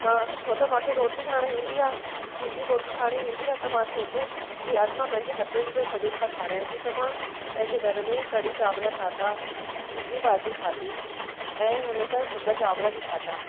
मां छो त मूंखे रोटी ठाहिण ईंदी आहे सिंधी रोटी ठाहिणी ईंदी आहे त मां सोचो की अॼु मां पंहिंजे हथनि जो सभिनि खां खारायां थी त मां पंहिंजे घर में कढ़ी चांवर ठाता भुगी भाॼी ठाती ऐं हुन सां भुगा चांवर बि ठाता